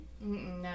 No